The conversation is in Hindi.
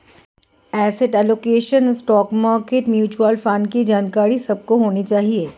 asset allocation, stock market, mutual fund की जानकारी सबको होनी चाहिए